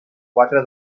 quatre